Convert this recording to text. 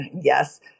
Yes